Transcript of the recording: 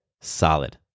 Solid